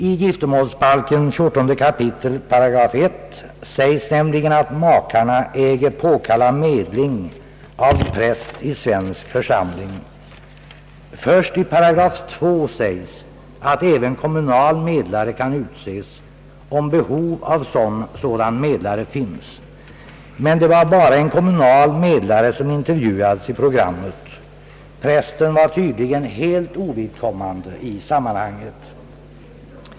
I giftermålsbalkens 14 kap. § 1 sägs nämligen, »att makarna äge påkalla medling av präst i svensk församling o. s. v.«. Först i § 2 sägs att även kommunal medlare kan utses, om behov av sådan finns. Det var emellertid endast en kommunal medlare som intervjuades i programmet. Prästen var tydligen helt ovidkommande i sammanhanget.